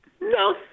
No